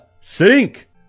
sink